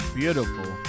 beautiful